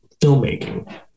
filmmaking